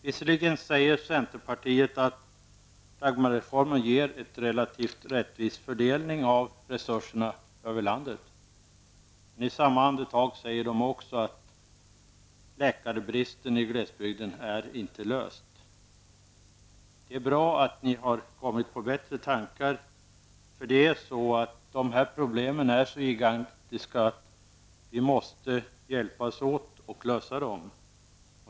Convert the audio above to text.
Visserligen säger centerpartiet att Dagmarreformen ger en relativt rättvis fördelning av resurserna över landet, men säger i samma andetag också att frågan om läkarbristen i glesbygden inte är löst. Det är bra att ni har kommit på bättre tankar. Dessa problem är så gigantiska att vi måste hjälpas åt för att lösa dem.